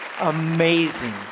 amazing